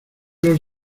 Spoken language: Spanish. los